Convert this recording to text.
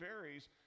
varies